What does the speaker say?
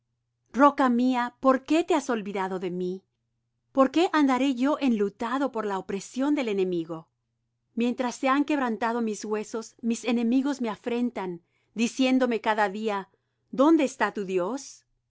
roca mía por qué te has olvidado de mí por qué andaré yo enlutado por la opresión del enemigo mientras se están quebrantando mis huesos mis enemigos me afrentan diciéndome cada día dónde está tu dios